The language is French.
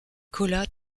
kola